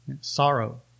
Sorrow